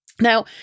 Now